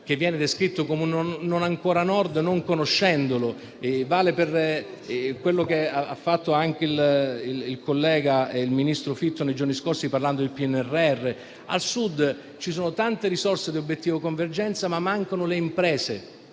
che viene descritto come "non ancora Nord", non conoscendolo. Vale quello che ha detto il ministro Fitto nei giorni scorsi, parlando del PNRR. Al Sud ci sono tante risorse dell'obiettivo convergenza, ma mancano le imprese,